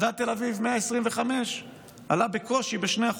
מדד תל אביב 125 עלה בקושי ב-2%.